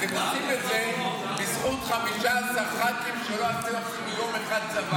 אתם עושים את זה בזכות 15 ח"כים שלא עשו אפילו יום אחד צבא.